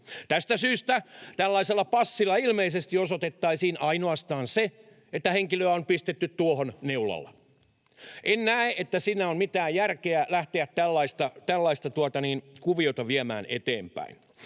Tästä syystä tällaisella passilla ilmeisesti osoitettaisiin ainoastaan se, että henkilöä on pistetty tuohon neulalla. En näe, että on mitään järkeä lähteä tällaista kuviota viemään eteenpäin.